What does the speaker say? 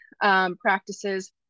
practices